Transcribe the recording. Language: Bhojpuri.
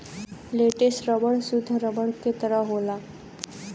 लेटेक्स रबर सुद्ध रबर के तरह होला